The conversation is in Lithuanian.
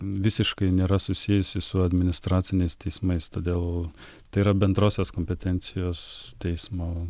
visiškai nėra susijusi su administraciniais teismais todėl tai yra bendrosios kompetencijos teismo